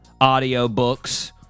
audiobooks